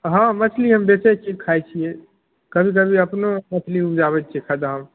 हँ मछली हम बेचै छी खाए छिए कभी कभी अपनो मछली उपजाबै छिए खदहामे